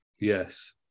Yes